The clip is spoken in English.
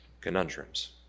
conundrums